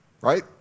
Right